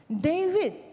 David